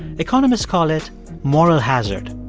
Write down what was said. economists call it moral hazard.